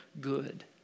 good